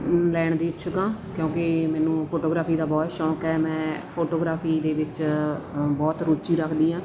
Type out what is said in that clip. ਲੈਣ ਦੀ ਇੱਛੁਕ ਹਾਂ ਕਿਉਂਕਿ ਮੈਨੂੰ ਫੋਟੋਗ੍ਰਾਫੀ ਦਾ ਬਹੁਤ ਸ਼ੌਂਕ ਹੈ ਮੈਂ ਫੋਟੋਗ੍ਰਾਫੀ ਦੇ ਵਿੱਚ ਬਹੁਤ ਰੁਚੀ ਰੱਖਦੀ ਹਾਂ